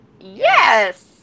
Yes